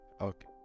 Okay